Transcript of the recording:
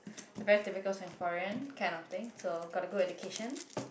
the very typical Singaporean kind of thing so got a good education